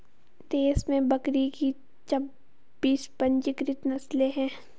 देश में बकरी की छब्बीस पंजीकृत नस्लें हैं